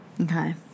Okay